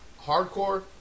Hardcore